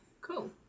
Cool